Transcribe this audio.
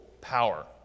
power